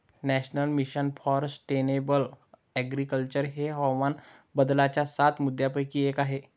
national mission for sustainable agriculture हे हवामान बदलाच्या सात मुद्यांपैकी एक आहे